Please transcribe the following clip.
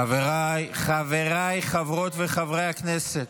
חבריי חברות וחברי הכנסת,